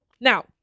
Now